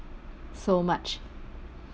so much